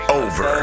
over